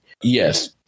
Yes